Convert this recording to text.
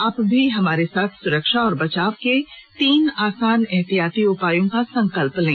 आप भी हमारे साथ सुरक्षा और बचाव के तीन आसान एहतियाती उपायों का संकल्प लें